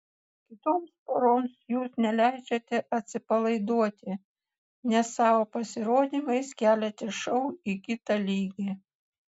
kitoms poroms jūs neleidžiate atsipalaiduoti nes savo pasirodymais keliate šou į kitą lygį